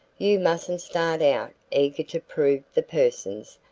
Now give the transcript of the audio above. you mustn't start out eager to prove the persons,